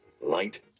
Light